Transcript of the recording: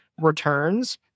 returns